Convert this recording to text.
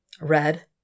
Red